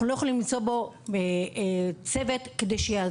אנחנו לא יכולים למצוא בסכום הזה צוות שידריך